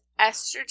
estrogen